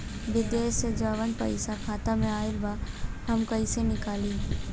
विदेश से जवन पैसा खाता में आईल बा हम कईसे निकाली?